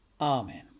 Amen